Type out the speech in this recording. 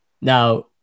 Now